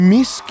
Miss